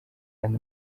kdi